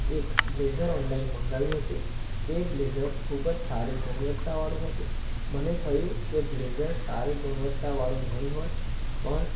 એક blazer online મંગાવ્યું હતું તે બ્લેઝર ખૂબ જ સારી ગુણવત્તાવાળું હતું મને થયું કે બ્લેઝર સારી ગુણવત્તાવાળું નહીં હોય